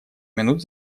минут